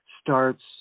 starts